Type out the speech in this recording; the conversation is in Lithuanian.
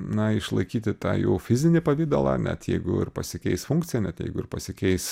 na išlaikyti tą jų fizinį pavidalą net jeigu ir pasikeis funkcija net jeigu ir pasikeis